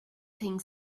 think